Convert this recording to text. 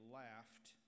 laughed